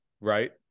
right